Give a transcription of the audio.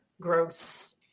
gross